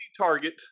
target